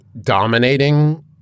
dominating